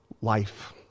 life